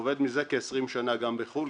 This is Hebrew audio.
ועובד מזה כ-20 שנה גם בחו"ל,